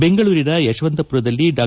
ಬೆಂಗಳೂರಿನ ಯಶವಂತಪುರದಲ್ಲಿ ಡಾ